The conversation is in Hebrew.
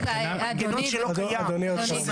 אדוני,